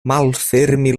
malfermi